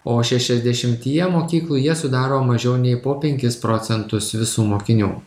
o šešiasdešimtyje mokyklų jie sudaro mažiau nei po penkis procentus visų mokinių